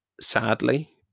sadly